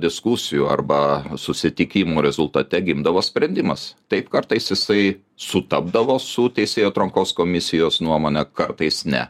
diskusijų arba susitikimų rezultate gimdavo sprendimas taip kartais jisai sutapdavo su teisėjų atrankos komisijos nuomone kartais ne